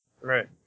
Right